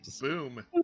boom